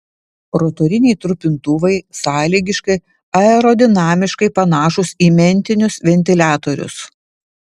rotoriniai trupintuvai sąlygiškai aerodinamiškai panašūs į mentinius ventiliatorius